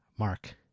mark